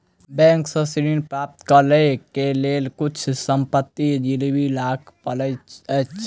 bank सॅ ऋण प्राप्त करै के लेल किछु संपत्ति गिरवी राख पड़ैत अछि